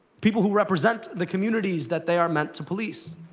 people who represent the communities that they are meant to police,